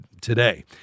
today